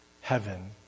heaven